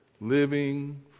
living